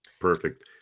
Perfect